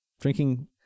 drinking